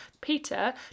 Peter